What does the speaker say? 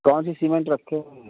कौन सी सीमेंट रखे हो